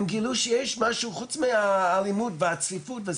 הם גילו שיש משהו חוץ מהאלימות והצפיפות,